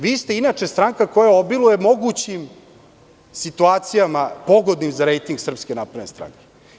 Vi ste inače stranka koja obiluje mogućim situacijama pogodnim za rejting Srpske napredne stranke.